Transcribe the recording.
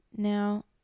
Now